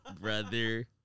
Brother